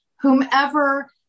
whomever